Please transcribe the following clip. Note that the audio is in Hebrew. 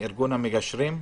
ארגון המגשרים.